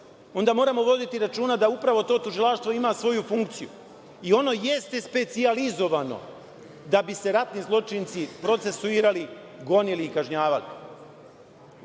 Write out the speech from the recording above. onda moramo voditi računa da upravo to tužilaštvo ima svoju funkciju i ono jeste specijalizovano da bi se ratni zločinci procesuirali, gonili i kažnjavali. Moram